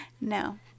No